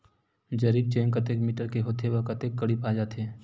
जरीब चेन कतेक मीटर के होथे व कतेक कडी पाए जाथे?